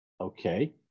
Okay